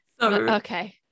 Okay